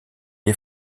des